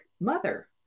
mother